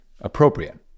appropriate